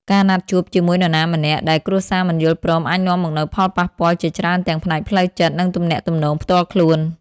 ការណាត់ជួបជាមួយនរណាម្នាក់ដែលគ្រួសារមិនយល់ព្រមអាចនាំមកនូវផលប៉ះពាល់ជាច្រើនទាំងផ្នែកផ្លូវចិត្ត និងទំនាក់ទំនងផ្ទាល់ខ្លួន។